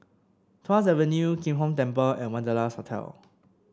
Tuas Avenue Kim Hong Temple and Wanderlust Hotel